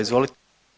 Izvolite.